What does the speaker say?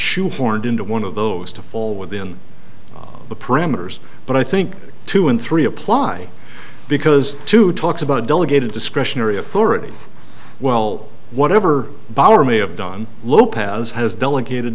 shoehorned into one of those to fall within the parameters but i think two and three apply because two talks about delegated discretionary authority well whatever bower may have done lopez has delegated